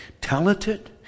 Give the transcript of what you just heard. talented